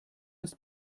ist